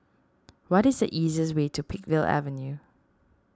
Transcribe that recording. what is the easiest way to Peakville Avenue